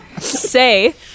say